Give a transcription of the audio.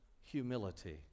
humility